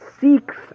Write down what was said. seeks